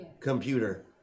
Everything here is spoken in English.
computer